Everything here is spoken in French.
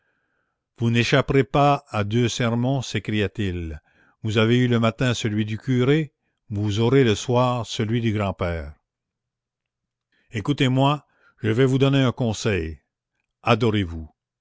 vous n'échapperez pas à deux sermons s'écria-t-il vous avez eu le matin celui du curé vous aurez le soir celui du grand-père écoutez-moi je vais vous donner un conseil